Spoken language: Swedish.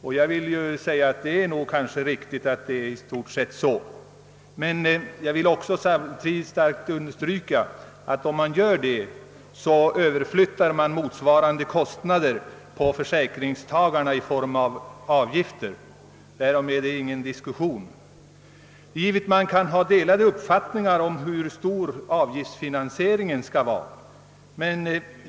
I stort sett är detta kanske riktigt, men jag vill kraftigt understryka att om man gör en sådan besparing, överflyttar man motsvarande kostnader på försäkringstagarna i form av avgifter; därom är det ingen diskussion. Man kan givetvis ha delade uppfattningar om hur stor avgiftsfinansieringen skall vara.